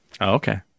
okay